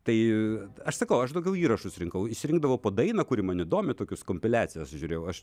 tai aš sakau aš daugiau įrašus rinkau išsirinkdavau po dainą kuri man įdomi tokius kompiliacijas žiūrėjau aš